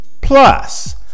Plus